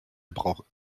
braucht